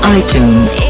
iTunes